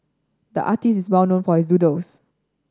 the artist is well known for his doodles